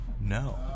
No